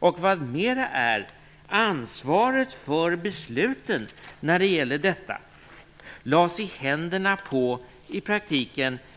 Och vad mera är: Ansvaret för beslutet om detta lades i praktiken i händerna på